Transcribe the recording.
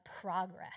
progress